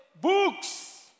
books